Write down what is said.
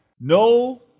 No